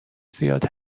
زیاد